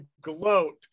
gloat